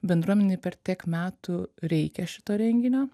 bendruomenei per tiek metų reikia šito renginio